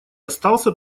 остался